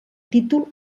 títol